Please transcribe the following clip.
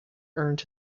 earned